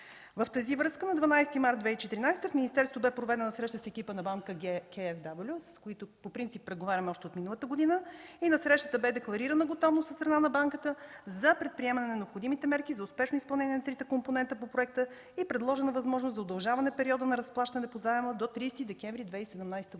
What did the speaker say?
В тази връзка на 12 март 2014 г. в министерството бе проведена среща с екипа на „Банка КFW”, с които по принцип преговаряме още от миналата година, и на срещата бе декларирана готовност от страна на банката за предприемане на необходимите мерки за успешно изпълнение на трите компонента по проекта и е предложена възможност за удължаване периода на разплащане по заема до 30 декември 2017 г.